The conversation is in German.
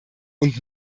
und